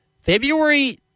February